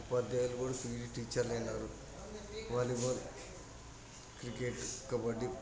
ఉపాధ్యాయులు కూడా పీటి టీచర్లు అయినారు వాలీబాల్ క్రికెట్ కబడ్డీ